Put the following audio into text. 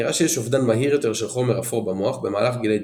נראה שיש אובדן מהיר יותר של חומר אפור במוח במהלך גיל ההתבגרות.